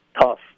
tough